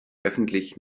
öffentlich